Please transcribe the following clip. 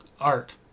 art